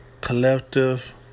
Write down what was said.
collective